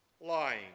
lying